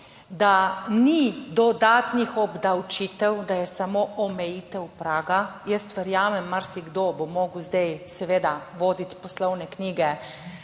da ni dodatnih obdavčitev, da je samo omejitev praga. Jaz verjamem, marsikdo bo mogel zdaj seveda voditi poslovne knjige